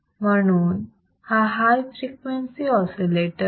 म्हणून हा high frequency oscillator आहे